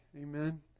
Amen